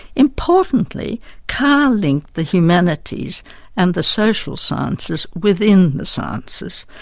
importantly carr linked the humanities and the social sciences within the sciences,